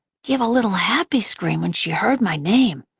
give a little happy scream when she heard my name,